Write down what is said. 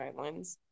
guidelines